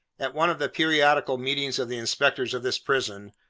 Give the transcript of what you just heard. at one of the periodical meetings of the inspectors of this prison,